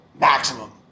maximum